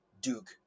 Duke